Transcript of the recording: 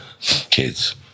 kids